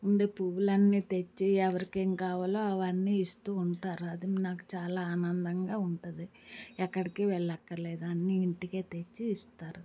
ముందే పువ్వులన్ని తెచ్చి ఎవరికేం కావాలో అవన్నీ ఇస్తూ ఉంటారు అది నాకు చాలా ఆనందంగా ఉంటుంది ఎక్కడికి వెళ్ళక్కర్లేదు అన్నీ ఇంటికే తెచ్చి ఇస్తారు